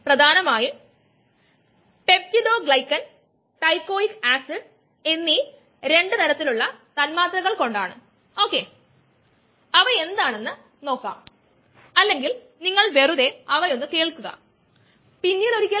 rgES rcESdmESdt≅0 ഹൈസ്കൂളിൽ നിന്നുള്ള enzyme kinetics പറ്റിയോ അല്ലെങ്കിൽ പ്രീ എഞ്ചിനീയറിംഗ് തയ്യാറെടുപ്പുകളോ നിങ്ങൾ ഓർക്കുന്നുവെങ്കിൽ ഇപ്പോൾ അതു നിങ്ങൾ കണ്ടിരിക്കാം